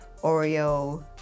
Oreo